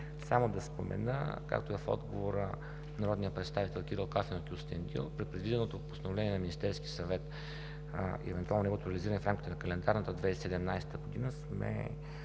Само да спомена, както и в отговора на народния представител Кирил Калфин от Кюстендил, при предвиденото постановление на Министерския съвет и евентуално неговото реализиране в рамките на календарната 2017 г.